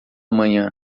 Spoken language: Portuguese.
manhã